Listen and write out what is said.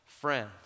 friends